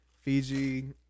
Fiji